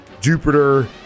Jupiter